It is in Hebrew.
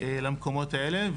למקומות האלה.